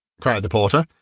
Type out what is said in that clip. cried the porter,